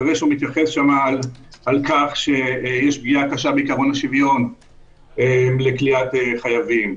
אחרי שהוא מתייחס לכך שישנה פגיעה קשה בעיקרון השוויון לכליאת חייבים.